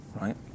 Right